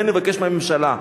לכן אני מבקש מהממשלה: